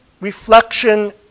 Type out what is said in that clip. reflection